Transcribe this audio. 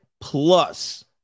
plus